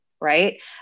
right